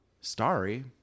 starry